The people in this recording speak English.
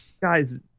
guys